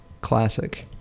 classic